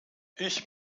ich